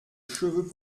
cheveux